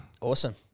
awesome